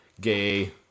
gay